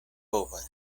povas